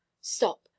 stop